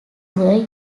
were